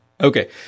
okay